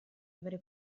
avere